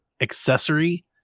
accessory